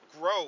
grow